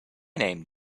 name